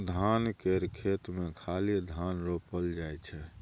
धान केर खेत मे खाली धान रोपल जाइ छै